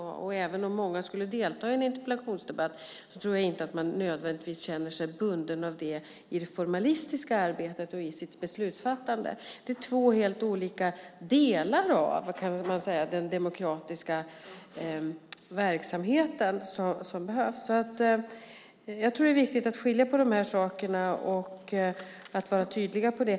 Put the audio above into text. Även om många skulle delta i en interpellationsdebatt tror jag inte att man nödvändigtvis känner sig bunden av det i det formalistiska arbetet och i sitt beslutsfattande. Det är två helt olika delar av den demokratiska verksamheten som behövs. Jag tror att det är viktigt att skilja på de här sakerna och att vara tydlig med det.